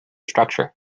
structure